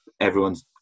everyone's